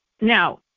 Now